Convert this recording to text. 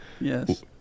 Yes